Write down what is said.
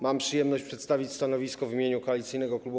Mam przyjemność przedstawić stanowisko w imieniu koalicyjnego klubu